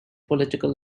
political